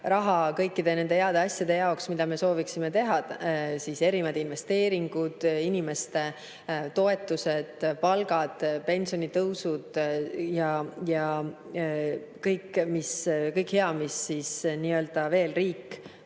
raha kõikide nende heade asjade jaoks, mida me sooviksime teha. Erinevad investeeringud, inimeste toetused, palgad, pensionitõusud ja kõik see hea, mida riik